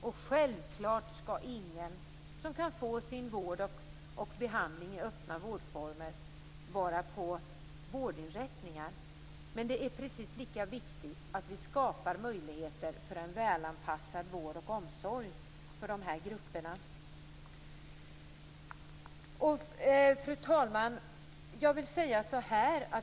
Och självfallet skall ingen som kan få sin vård och behandling i öppna vårdformer vistas på vårdinrättningar. Men det är precis lika viktigt att vi skapar förutsättningar för en välanpassad vård och omsorg för dessa grupper. Fru talman!